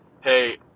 Hey